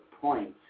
points